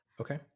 Okay